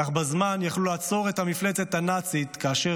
כך יכלו לעצור בזמן את המפלצת הנאצית כאשר